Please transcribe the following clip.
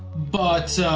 but